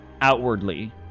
outwardly